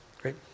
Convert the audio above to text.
Great